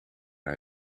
hij